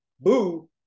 boo